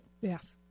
Yes